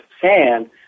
sand